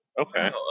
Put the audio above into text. Okay